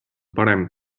parem